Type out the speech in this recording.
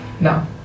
no